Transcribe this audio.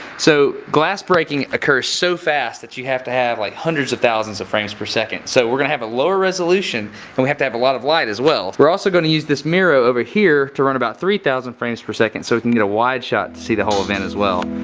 so, glass breaking occurs so fast that you have to have like hundreds of thousands of frames per second, so we're gonna have a lower resolution and we have to have a lot of light as well. we're also gonna use this miro over here to run about three thousand frames per second so we can get a wide shot to see the whole event. as well.